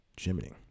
Jiminy